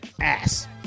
ass